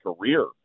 career